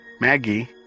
Maggie